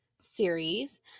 series